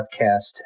podcast